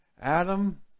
Adam